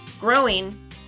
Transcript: growing